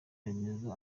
remezo